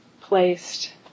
placed